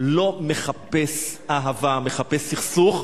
לא מחפש אהבה, מחפש סכסוך.